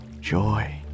joy